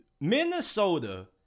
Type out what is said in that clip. Minnesota